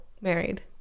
Married